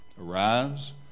Arise